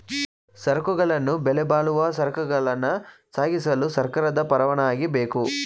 ಸರಕುಗಳನ್ನು ಬೆಲೆಬಾಳುವ ಸರಕುಗಳನ್ನ ಸಾಗಿಸಲು ಸರ್ಕಾರದ ಪರವಾನಗಿ ಬೇಕು